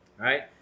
right